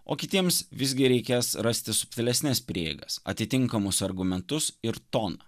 o kitiems visgi reikės rasti subtilesnes prieigas atitinkamus argumentus ir toną